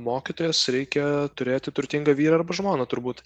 mokytojas reikia turėti turtingą vyrą arba žmoną turbūt